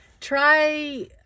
try